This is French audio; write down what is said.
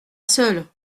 seul